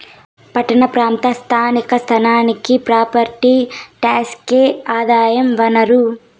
పట్టణ ప్రాంత స్థానిక సంస్థలకి ప్రాపర్టీ టాక్సే ఆదాయ వనరు